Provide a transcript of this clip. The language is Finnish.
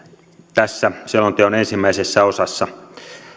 tässä selonteon ensimmäisessä osassa